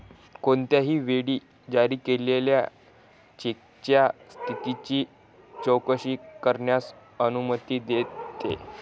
कोणत्याही वेळी जारी केलेल्या चेकच्या स्थितीची चौकशी करण्यास अनुमती देते